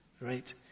right